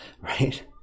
Right